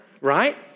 right